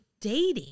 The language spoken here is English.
dating